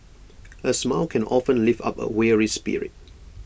A smile can often lift up A weary spirit